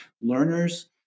learners